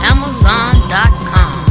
Amazon.com